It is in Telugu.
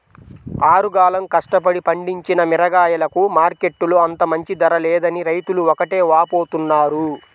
ఆరుగాలం కష్టపడి పండించిన మిరగాయలకు మార్కెట్టులో అంత మంచి ధర లేదని రైతులు ఒకటే వాపోతున్నారు